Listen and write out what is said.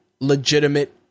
legitimate